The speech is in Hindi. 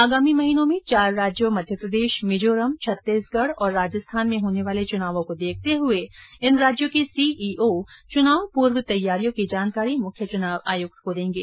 आगामी महीनों में चार राज्यों मध्यप्रदेश मिजोरम छत्तीसगढ़ और राजस्थान में होने वाले चुनावों को देखते हुए इन राज्यों के सीईओ चुनाव पूर्व तैयारियों की जानकारी मुख्य चुनाव आयुक्त को देंगे